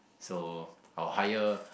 so I'll hire